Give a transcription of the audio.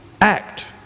act